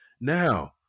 Now